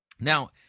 Now